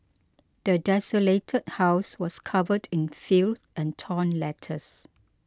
the desolated house was covered in filth and torn letters